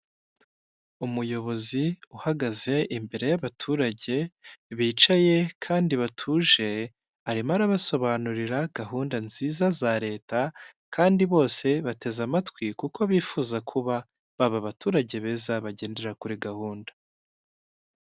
Umuyobozi uhagaze imbere y'abaturage, bicaye kandi batuje, arimo arabasobanurira gahunda nziza za leta, kandi bose bateze amatwi kuko bifuza kuba aba baturage beza bagendera kuri gahunda.